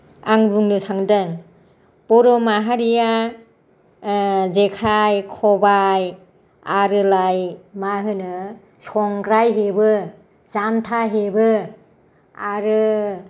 आं बुंनो सानदों बर' माहारिया जेखाइ खबाय आरोलाय मा होनो संग्राय हेबो जान्था हेबो आरो